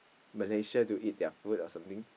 Malay sia to eat their food or something